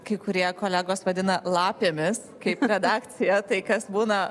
kai kurie kolegos vadina lapėmis kai redakcija tai kas būna